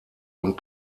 und